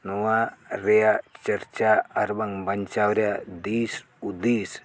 ᱱᱚᱣᱟ ᱨᱮᱭᱟᱜ ᱪᱟᱨᱪᱟ ᱟᱨ ᱵᱟᱝ ᱵᱟᱧᱪᱟᱣ ᱨᱮᱭᱟᱜ ᱫᱤᱥ ᱩᱫᱤᱥ